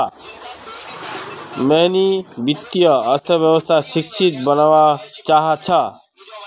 मोहिनी वित्तीय अर्थशास्त्रक शिक्षिका बनव्वा चाह छ